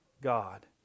God